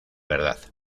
verdad